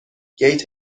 گیت